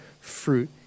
fruit